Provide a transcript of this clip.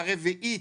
הרביעית,